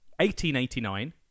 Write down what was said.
1889